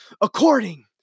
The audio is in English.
according